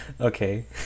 Okay